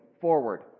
forward